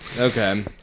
Okay